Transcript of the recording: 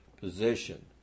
position